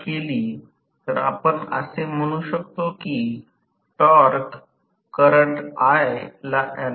तर copper loss S PG जेथे वायू आणि अंतर शक्तीचे अपूर्णांक कॉपर लॉस होईल आणि हे Pm असेल बाकीचे १ असेल 1 S